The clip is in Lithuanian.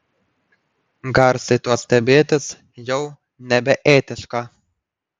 garsiai tuo stebėtis jau nebeetiška